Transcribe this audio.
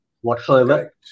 whatsoever